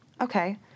okay